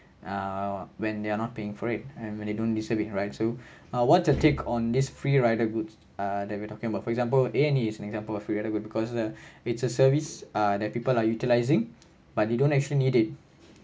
ah when they are not paying for it and when they don't deserve it right so uh what's your take on this free rider goods ah that we talking about for example a and e is an example of free rider good because uh it's a service ah that people are utilizing but they don't actually need it